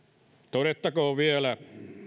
todettakoon vielä